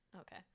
Okay